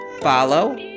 follow